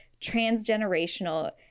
transgenerational